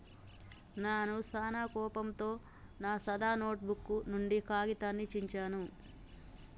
నాను సానా కోపంతో నా సాదా నోటుబుక్ నుండి కాగితాన్ని చించాను